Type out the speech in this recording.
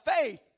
faith